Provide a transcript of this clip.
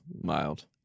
mild